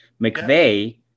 McVeigh